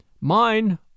Mine